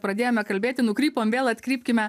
pradėjome kalbėti nukrypom vėl atkrypkime